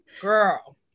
girl